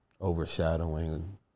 overshadowing